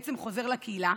חוזר לקהילה,